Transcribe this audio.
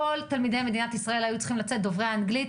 כל תלמידי מדינת ישראל היו צריכים לצאת דוברי אנגלית.